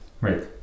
Right